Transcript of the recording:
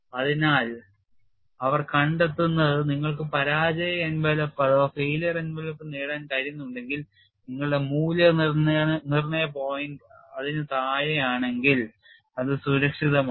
അതിനാൽ അവർ കണ്ടെത്തുന്നത് നിങ്ങൾക്ക് പരാജയ എൻവലപ്പ് നേടാൻ കഴിയുന്നുണ്ടെങ്കിൽ നിങ്ങളുടെ മൂല്യനിർണ്ണയ പോയിൻറ് അതിനു താഴെയാണെങ്കിൽ അത് സുരക്ഷിതമാണ്